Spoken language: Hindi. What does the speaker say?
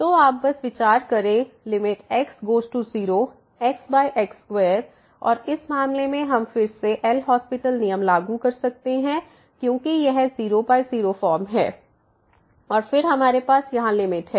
तो आप बस पर विचार करें limit x goes to 0 x x2और इस मामले में हम फिर से एल हास्पिटल LHospital नियम लागू कर सकते हैं क्योंकि यह 00 फॉर्म है और फिर हमारे पास यहां लिमिट है